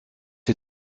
ihr